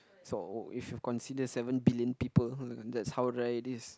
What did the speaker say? so if you consider seven billion people and that's how rare it is